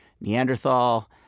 Neanderthal